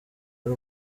y’u